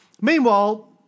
Meanwhile